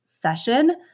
session